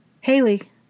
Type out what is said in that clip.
Haley